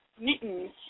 Mittens